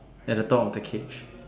at the top of the cage